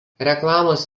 reklamos